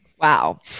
Wow